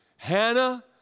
Hannah